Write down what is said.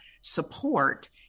support